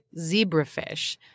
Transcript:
zebrafish